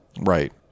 Right